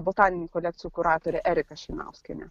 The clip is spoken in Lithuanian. botaninių kolekcijų kuratorė erika šeinauskienė